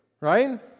Right